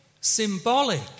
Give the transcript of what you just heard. symbolic